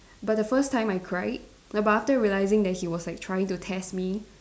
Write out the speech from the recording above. but the first time I cried but after realising that he was like trying to test me